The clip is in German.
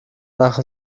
nach